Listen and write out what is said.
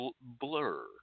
blur